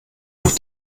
noch